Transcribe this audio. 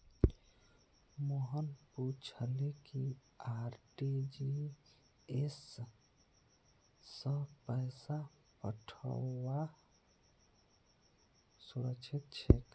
मोहन पूछले कि आर.टी.जी.एस स पैसा पठऔव्वा सुरक्षित छेक